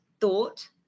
thought